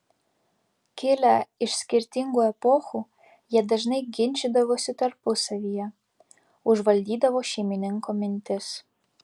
kilę iš skirtingų epochų jie dažnai ginčydavosi tarpusavyje užvaldydavo šeimininko mintis